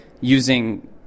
using